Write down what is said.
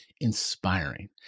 inspiring